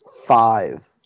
five